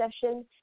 session